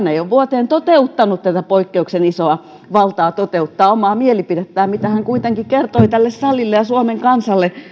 ei ole vuoteen toteuttanut tätä poikkeuksellisen isoa valtaa toteuttaa omaa mielipidettään minkä hän kuitenkin kertoi tälle salille ja suomen kansalle